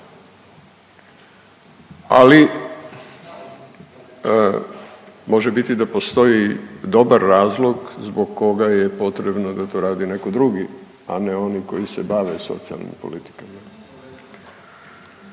Ali može biti da postoji dobar razlog zbog koga je potrebno da to radi netko drugi, a ne oni koji se bave socijalnim politikama